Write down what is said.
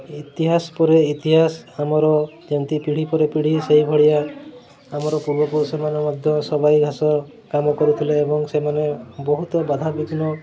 ଇତିହାସ ପରେ ଇତିହାସ ଆମର ଯେମିତି ପିଢ଼ି ପରେ ପିଢ଼ି ସେଇଭଳିଆ ଆମର ପୂର୍ବ ପୁରୁଷମାନେ ମଧ୍ୟ ସବାଇ ଘାସ କାମ କରୁଥିଲେ ଏବଂ ସେମାନେ ବହୁତ ବାଧାବିଘ୍ନ